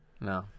No